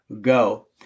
go